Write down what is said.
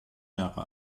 jahre